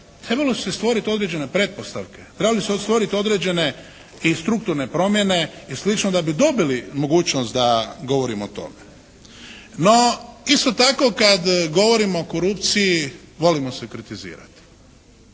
trebale su se stvoriti određene pretpostavke. Trebale su se stvoriti i određene strukturne promjene i slično da bi dobili mogućnost da govorimo o tome. No, isto tako kad govorimo o korupciji volimo se kritizirati.